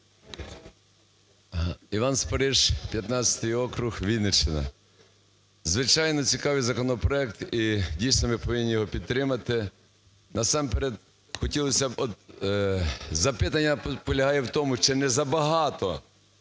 Іван Спориш, 15 округ, Вінниччина. Звичайно, цікавий законопроект, і дійсно ми повинні його підтримати. Насамперед, запитання полягає в тому, чи не забагато